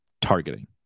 targeting